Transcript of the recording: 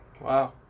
Wow